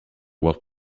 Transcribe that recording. what